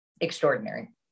extraordinary